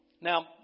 Now